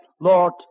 Lord